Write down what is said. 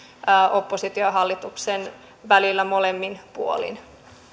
opposition ja hallituksen välillä molemmin puolin